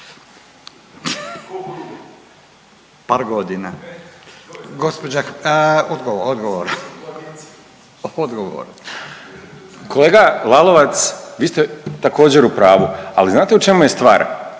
Bojan (Nezavisni)** Kolega Lalovac, vi ste također u pravu, ali znate u čemu je stvar?